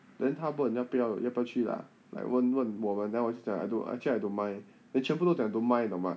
then 他问要不要要不要去啦 like 问问我们 then 我就讲 I don't actually I don't mind then 全部都讲 don't mind 你懂吗